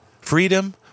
Freedom